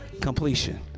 Completion